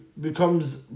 becomes